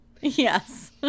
Yes